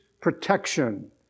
protection